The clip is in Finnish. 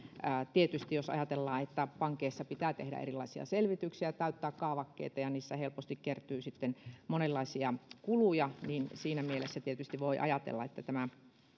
tietysti jos ajatellaan että pankeissa pitää tehdä erilaisia selvityksiä täyttää kaavakkeita ja niistä helposti kertyy sitten monenlaisia kuluja niin siinä mielessä tietysti voi ajatella että